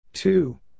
Two